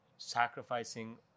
Sacrificing